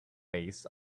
base